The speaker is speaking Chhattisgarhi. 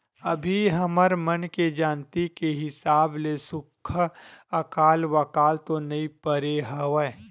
अभी हमर मन के जानती के हिसाब ले सुक्खा अकाल वकाल तो नइ परे हवय